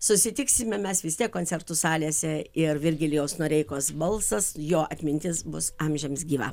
susitiksime mes vistiek koncertų salėse ir virgilijaus noreikos balsas jo atmintis bus amžiams gyva